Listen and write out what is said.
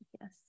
Yes